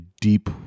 deep